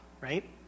right